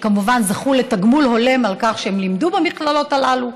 שכמובן זכו לתגמול הולם על כך שהם לימדו במכללות הללו.